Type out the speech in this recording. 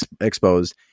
exposed